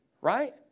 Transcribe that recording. Right